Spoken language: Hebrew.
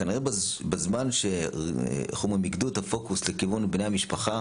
כנראה בזמן שמיקדו את הפוקוס לכיוון בני המשפחה,